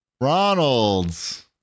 Ronald's